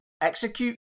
execute